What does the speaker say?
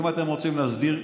אם אתם רוצים להסדיר,